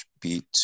beat